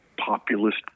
populist